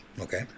Okay